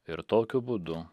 ir tokiu būdu